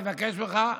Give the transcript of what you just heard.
אני מבקש ממך,